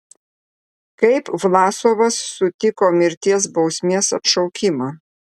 kaip vlasovas sutiko mirties bausmės atšaukimą